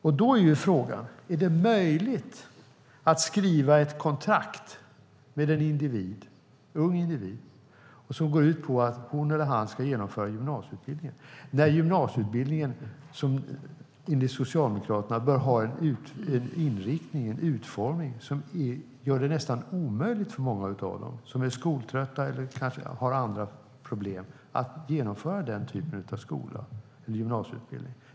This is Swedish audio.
Frågan är om det är möjligt att skriva ett kontrakt med en ung individ som går ut på att hon eller han ska genomföra gymnasieutbildningen när gymnasieutbildningen enligt Socialdemokraterna bör ha en inriktning, en utformning, som gör det nästan omöjligt för många av dem, de som är skoltrötta eller kanske har andra problem, att genomföra den typen av gymnasieutbildning.